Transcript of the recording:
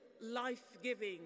life-giving